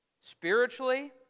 spiritually